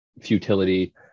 futility